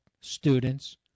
students